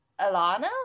alana